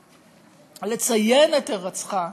לציין את הירצחה,